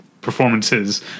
performances